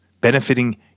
benefiting